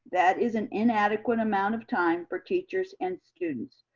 that is an inadequate amount of time for teachers and students.